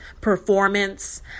performance